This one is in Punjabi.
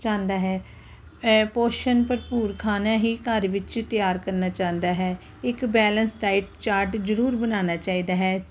ਚਾਹੁੰਦਾ ਹੈ ਪੋਸ਼ਨ ਭਰਪੂਰ ਖਾਨਾ ਹੀ ਘਰ ਵਿੱਚ ਤਿਆਰ ਕਰਨਾ ਚਾਹੁੰਦਾ ਹੈ ਇੱਕ ਬੈਲਂਸ ਡਾਈਟ ਚਾਰਟ ਜ਼ਰੂਰ ਬਣਾਉਣਾ ਚਾਹੀਦਾ ਹੈ